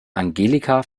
angelika